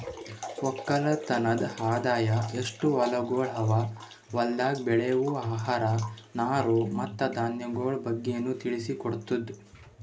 ಒಕ್ಕಲತನದ್ ಆದಾಯ, ಎಸ್ಟು ಹೊಲಗೊಳ್ ಅವಾ, ಹೊಲ್ದಾಗ್ ಬೆಳೆವು ಆಹಾರ, ನಾರು ಮತ್ತ ಧಾನ್ಯಗೊಳ್ ಬಗ್ಗೆನು ತಿಳಿಸಿ ಕೊಡ್ತುದ್